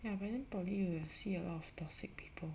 ya but then poly you will see a lot of toxic people